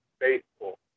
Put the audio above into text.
faithful